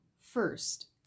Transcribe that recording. First